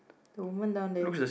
the woman down there